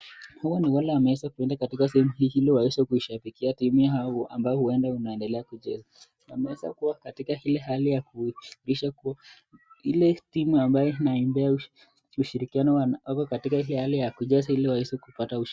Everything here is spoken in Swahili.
Huo ni wale wameweza kuenda katika sehemu hii ili waweze kuishabikia timu yao ambayo huenda unaendelea kucheza. Wameweza kuwa katika ile hali ya kucheza ile timu ambayo inaimba ushirikiano wako katika ile hali ya kucheza ile waweze kupata ushirikiano.